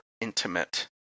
intimate